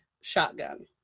shotgun